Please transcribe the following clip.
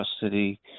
custody